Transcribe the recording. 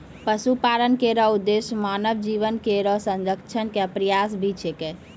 पशुपालन केरो उद्देश्य मानव जीवन केरो संरक्षण क प्रयास भी छिकै